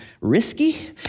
risky